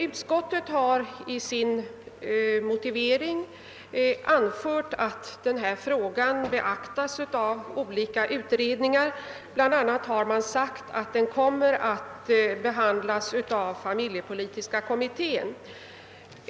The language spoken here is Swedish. Utskottet har i sin motivering för avstyrkande av motionerna anfört att detta problem beaktas av olika utredningar. Bl.a. har nämnts att det kommer att behandlas av familjepolitiska kommittén.